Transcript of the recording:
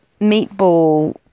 meatball